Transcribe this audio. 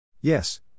Yes